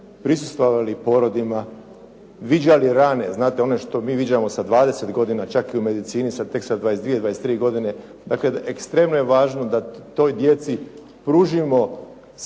prisustvovali porodima, viđale rane, znate one što mi viđamo sa 20 godina, čak i u medicini tek sa 22, 23 godine. Dakle, ekstremno je važno da toj djeci pružimo